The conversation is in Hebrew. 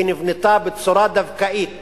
היא נבנתה בצורה דווקאית